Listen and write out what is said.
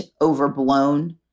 overblown